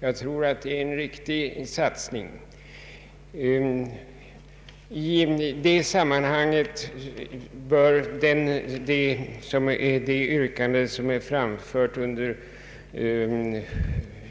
Jag tror att det är en riktig satsning. Till de strävandena bör det yrkande hänföras som är framfört i